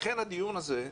לכן הדיון הזה,